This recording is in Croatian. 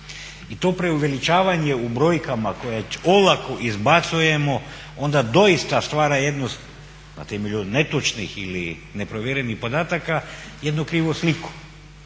I to preuveličavanje u brojkama koje olako izbacujemo onda doista stvara jednu, na temelju netočnih ili neprovjerenih podataka, jednu krivu sliku.